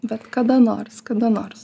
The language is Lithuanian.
bet kada nors kada nors